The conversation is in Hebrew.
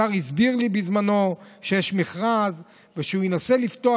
השר הסביר לי בזמנו שיש מכרז ושהוא ינסה לפתוח